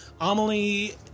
Amelie